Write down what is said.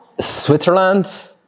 switzerland